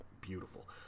beautiful